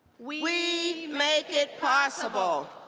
we make it possible!